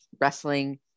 wrestling